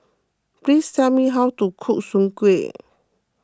please tell me how to cook Soon Kway